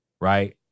Right